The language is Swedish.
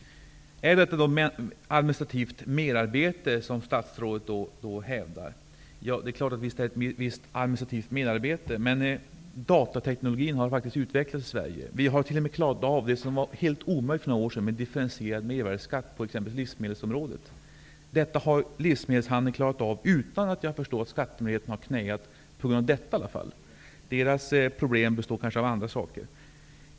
Statsrådet hävdar att detta skulle innebära administrativt merarbete. Det är klart att det innebär ett visst administrativt merarbete. Men datateknologin har faktiskt utvecklats i Sverige. Vi har t.o.m. klarat av det som var helt omöjligt för några år sedan, nämligen differentierad mervärdesskatt på livsmedelsområdet. Detta har livsmedelshandeln klarat av utan att, såvitt jag förstår, skattemyndigheten har knäat på grund av detta. Skattemyndighetens problem består kanske av andra saker.